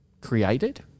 created